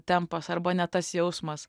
tempas arba ne tas jausmas